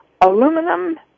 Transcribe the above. aluminum